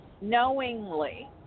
knowingly